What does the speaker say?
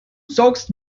saugst